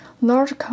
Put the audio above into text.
large